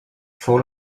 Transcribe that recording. fou